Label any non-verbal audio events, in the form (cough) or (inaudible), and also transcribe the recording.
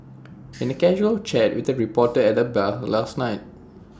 (noise) any casual chat with the reporter at the bar last night